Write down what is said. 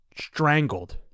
strangled